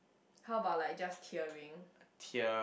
how about like just tearing